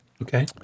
Okay